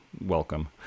welcome